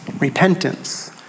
Repentance